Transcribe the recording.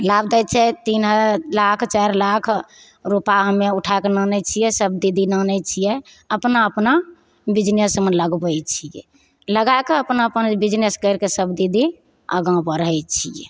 लाभ दै छै तीन लाख चारि लाख रुपा हमे उठाके आनै छिए सब दीदी आनै छिए अपना अपना बिजनेसमे लगबै छिए लगाके अपना अपना बिजनेस करिके सब दीदी आगाँ बढ़ै छिए